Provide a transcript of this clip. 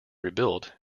rebuilt